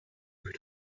could